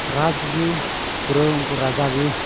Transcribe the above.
ᱨᱟᱡᱽ ᱜᱮ ᱯᱩᱨᱟᱹ ᱩᱱᱠᱩ ᱨᱟᱡᱟ ᱜᱮ